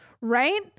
Right